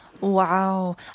Wow